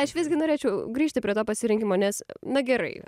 aš visgi norėčiau grįžti prie to pasirinkimo nes na gerai